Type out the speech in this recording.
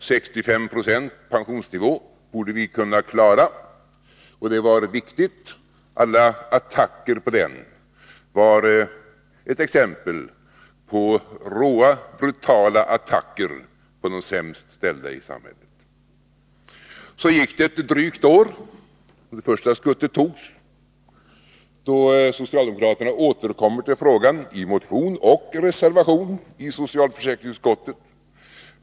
65 96 pensionsnivå borde vi kunna klara, och det var viktigt. Alla attacker på den var råa, brutala attacker på de sämst ställda i samhället. Så gick det ett drygt år, och det första skuttet togs, då socialdemokraterna återkommer till frågan i motion och reservation i socialförsäkringsutskottet.